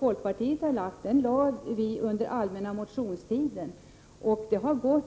Folkpartiet väckte sin motion under allmänna motionstiden, och det har gått